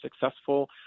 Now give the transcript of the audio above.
successful